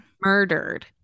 murdered